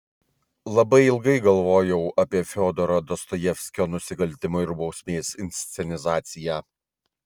labai ilgai galvojau apie fiodoro dostojevskio nusikaltimo ir bausmės inscenizaciją